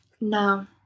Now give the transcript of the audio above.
No